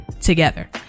Together